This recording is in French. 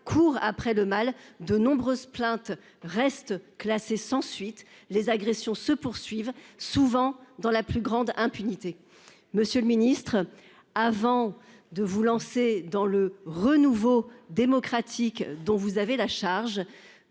court après le mal de nombreuses plaintes reste classée sans suite. Les agressions se poursuivent. Souvent dans la plus grande impunité. Monsieur le Ministre, avant de vous lancer dans le renouveau démocratique dont vous avez la charge,